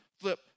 Flip